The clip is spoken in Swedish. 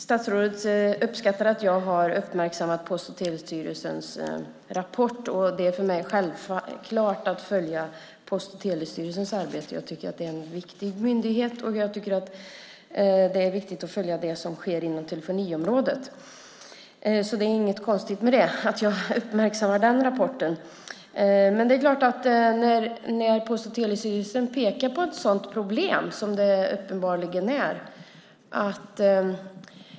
Statsrådet uppskattar att jag har uppmärksammat Post och telestyrelsens rapport. Det är för mig självklart att följa Post och telestyrelsens arbete. Jag tycker att det är en viktig myndighet, och jag tycker att det är viktigt att följa det som sker inom telefoniområdet. Så det är inget konstigt att jag uppmärksammat den rapporten. Post och telestyrelsen pekar på att det här uppenbarligen är ett problem.